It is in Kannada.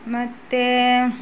ಮತ್ತು